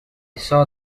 saw